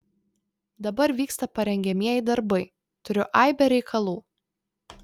dabar vyksta parengiamieji darbai turiu aibę reikalų